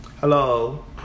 Hello